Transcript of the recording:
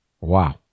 wow